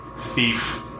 thief